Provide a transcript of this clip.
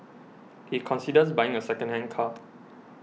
he considers buying a secondhand car